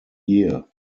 year